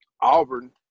Auburn